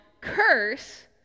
curse